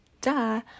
duh